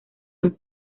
san